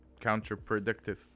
counterproductive